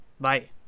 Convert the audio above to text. Bye